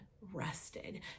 rested